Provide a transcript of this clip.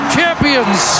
champions